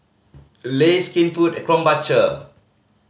Lays Skinfood and Krombacher